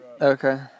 Okay